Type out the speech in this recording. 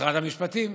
משרד המשפטים.